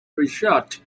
research